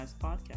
Podcast